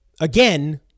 Again